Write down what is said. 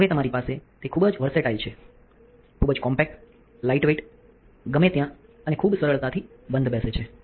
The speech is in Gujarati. હવે તમારી પાસે તે ખૂબ જ વર્સેટાઇલ છે ખૂબ જ કોમ્પેક્ટ લાઇટવેઇટ ગમે ત્યાં અને ખૂબ સરળતાથી બંધબેસે છે